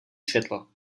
světlo